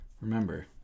remember